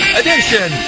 edition